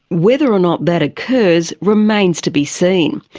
whether or not that occurs, remains to be seen.